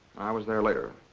i was there later.